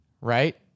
right